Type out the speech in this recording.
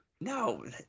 No